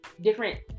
different